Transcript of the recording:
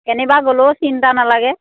কেনিবা গ'লেও চিন্তা নালাগে